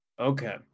okay